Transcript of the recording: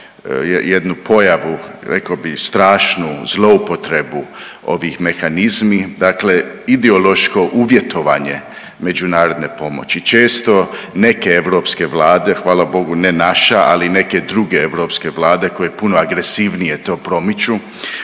jednu pojavu, rekao bih, strašnu zloupotrebu ovih mehanizmi, dakle ideološko uvjetovanje međunarodne pomoći. Često neke europske vlade, hvala Bogu ne naša, ali neke druge europske vlade koje puno agresivnije to promiču